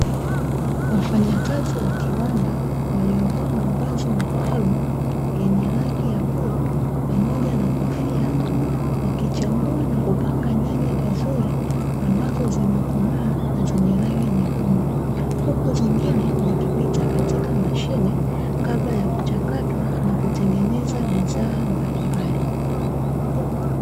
Wafanyakazi wakiwanda, waliovaa mavazi maalumu, yenye rangi ya bluu pamoja na kofia, wakichambua na kupanga nyanya vizuri ambazo zimekomaa na zenye rangi nyekundu, huku zingine zikipita katika mashine, kabla ya kuchakatwa na kutengeneza bidhaa mbalimbali.